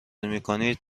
میکنید